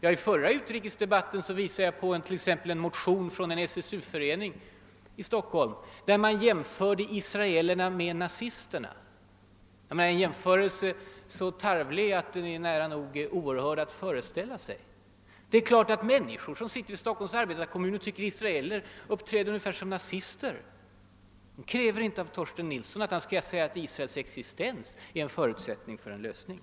I den förra utrikesdebatten visade jag t.ex. på en motion från en SSU-förening i Stockholm, i vilken man jämförde israelerna med nazisterna, en parallell så tarvlig att den är nära nog oerhörd att föreställa sig. Det är klart att människor som sitter i. Stockholms. arbetarekommun och tycker att israeler uppträder ungefär som nazister inte kräver att Torsten Nilsson skall säga att Israels existens är en förutsättning för en lösning.